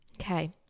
okay